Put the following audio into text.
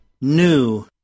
New